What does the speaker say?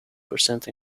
percent